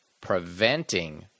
preventing